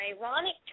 ironic